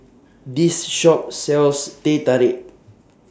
This Shop sells Teh Tarik